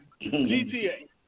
GTA